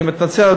אני מתנצל,